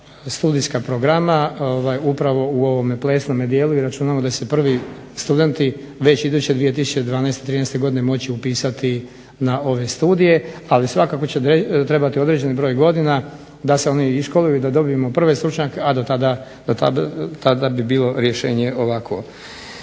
studijska programa upravo u ovome plesnome dijelu. I računamo da će se prvi studenti već iduće 2012./2013. godine moći upisati na ove studije. Ali svakako će trebati određeni broj godina da se oni i školuju, da dobijemo prve stručnjake, a dotada bi bilo rješenje ovakvo.